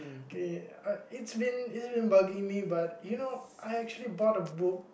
okay uh it's been bugging me but you know I actually bought a book